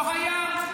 לא היה,